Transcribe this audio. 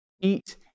Eat